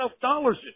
dollars